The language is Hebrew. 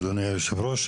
אדוני היו"ר,